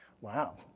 wow